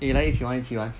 eh 来一起玩一起玩